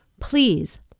Please